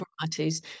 varieties